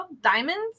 Diamonds